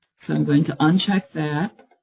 so i'm going to uncheck that.